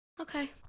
okay